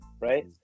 right